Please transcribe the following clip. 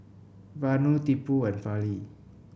Vanu Tipu and Fali